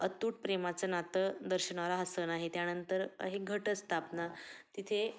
अतुट प्रेमाचं नातं दर्शवणारा हा सण आहे त्यानंतर आहे घटस्थापना तिथे